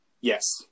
Yes